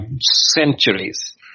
centuries